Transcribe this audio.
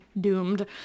doomed